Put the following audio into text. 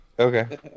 Okay